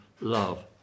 love